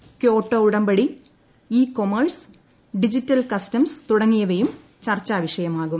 Kyoto ഉടമ്പടി e commerce digital customs തുടങ്ങിയവയും ചർച്ചാവിഷയമാകും